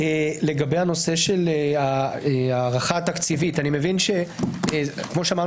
לגבי נושא ההערכה התקציבית כאמור